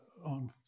on